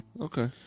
Okay